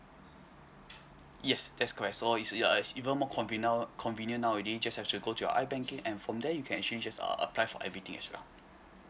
yes that's correct so is uh is even more conve~ now convenient now already just have to go to your i banking and from there you can actually just uh apply for everything as well